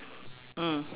mm